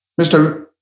Mr